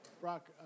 Brock